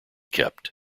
kept